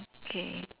okay